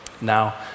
Now